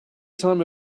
time